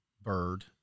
bird